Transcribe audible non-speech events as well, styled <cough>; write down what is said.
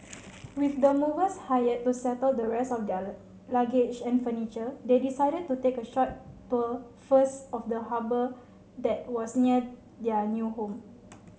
with the movers hired to settle the rest of their <unintelligible> luggage and furniture they decided to take a short tour first of the harbour that was near their new home